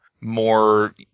more